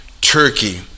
Turkey